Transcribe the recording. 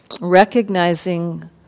recognizing